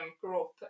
group